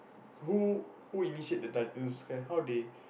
who who initiate the Titans guy how they